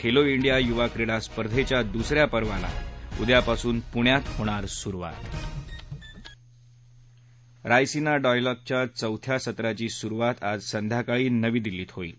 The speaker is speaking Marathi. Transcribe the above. खेलो इंडिया युवा क्रीडा स्पर्धेच्या दुस या पर्वाला उद्यापासून पुण्यात होणार सुरुवात रायसिना डायलॉगच्या चौथ्या सत्राची सुरुवात आज संध्याकाळी नवी दिल्लीत होईल